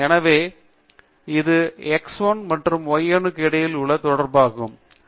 எனவே இது x 1 மற்றும் y 1 க்கு இடையில் உள்ள தொடர்பாகும்